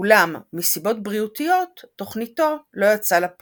אולם מסיבות בריאותיות תוכניתו לא יצאה לפועל.